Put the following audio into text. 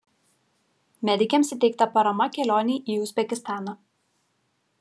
medikėms įteikta parama kelionei į uzbekistaną